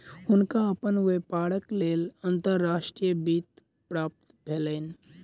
हुनका अपन व्यापारक लेल अंतर्राष्ट्रीय वित्त प्राप्त भेलैन